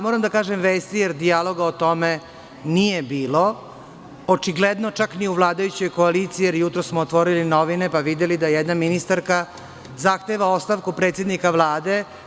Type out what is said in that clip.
Moram da kažem vesti, jer dijaloga o tome nije bilo, očigledno čak ni u vladajućoj koaliciji, jer jutros smo otvorili novine, pa videli da jedna ministarka zahteva ostavku predsednika Vlade.